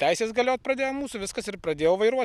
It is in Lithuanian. tada teisės galiot pradėjo mūsų viskas ir pradėjau vairuot